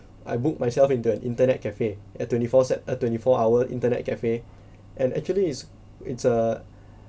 I booked myself into an internet cafe at twenty four sev~ a twenty four hour internet cafe and actually it's it's a